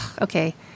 okay